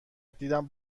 دیدم